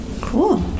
Cool